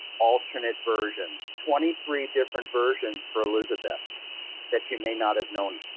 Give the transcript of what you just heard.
alternate versions. twenty three different versions for elizabeth that you may not have known.